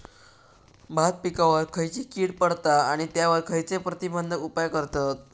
भात पिकांवर खैयची कीड पडता आणि त्यावर खैयचे प्रतिबंधक उपाय करतत?